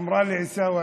אמרה לי: עיסאווי,